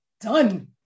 done